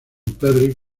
perry